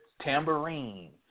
tambourine